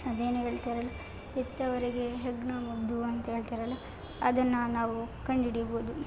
ಅದೇನೊ ಹೇಳ್ತಾರಲ್ಲ ಹೆತ್ತವರಿಗೆ ಹೆಗ್ಗಣ ಮುದ್ದು ಅಂತ ಹೇಳ್ತಾರಲ್ಲ ಅದನ್ನು ನಾವು ಕಂಡು ಹಿಡಿಬೋದು